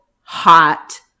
hot